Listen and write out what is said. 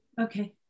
Okay